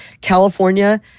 California